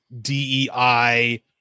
DEI